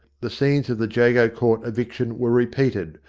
the scenes of the jago court eviction were repeated,